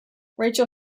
rachel